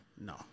No